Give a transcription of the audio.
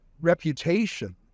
reputation